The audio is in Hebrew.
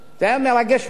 זה היה מרגש מאוד.